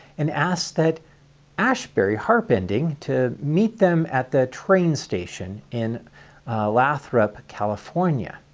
and asked that asbury harpending to meet them at the train station in lathrop, california.